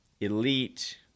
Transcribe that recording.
elite